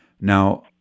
Now